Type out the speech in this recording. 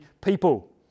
people